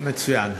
מצוין.